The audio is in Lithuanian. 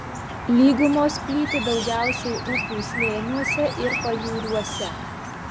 lygumos plyti daugiausiai upių slėniuose ir pajūriuose